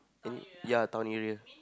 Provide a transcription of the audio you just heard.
any ya town area